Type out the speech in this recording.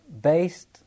based